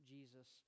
Jesus